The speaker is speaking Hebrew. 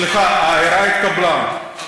סליחה, ההערה התקבלה.